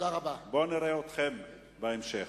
בואו נראה אתכם בהמשך.